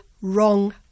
wrong